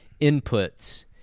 inputs